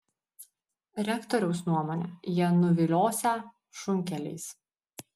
rektoriaus nuomone jie nuviliosią šunkeliais